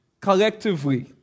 collectively